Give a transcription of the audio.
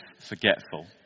forgetful